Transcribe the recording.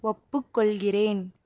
ஒப்புக் கொள்கிறேன்